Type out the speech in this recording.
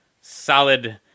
solid